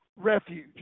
Refuge